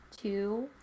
Two